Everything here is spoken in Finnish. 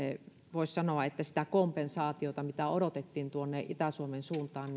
voisi sanoa että tällä tavoin se kompensaatio mitä odotettiin tuonne itä suomen suuntaan